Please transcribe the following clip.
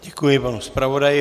Děkuji panu zpravodaji.